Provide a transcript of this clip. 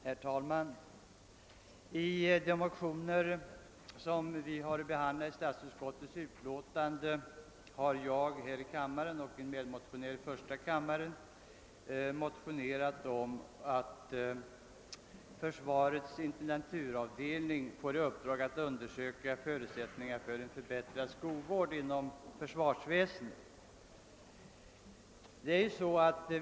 Herr talman! I de likalydande motionerna I: 168 och II: 180 som behandlats av statsutskottet har jag i denna kammare och min medmotionär herr Ottosson i medkammaren hemställt om att försvarets intendenturförvaltning får i uppdrag att undersöka förutsättningarna för en förbättrad skovård inom försvarsväsendet.